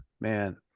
man